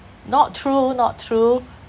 not true not true